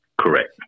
Correct